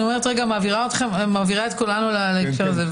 אני מעבירה את כולנו להקשר הזה.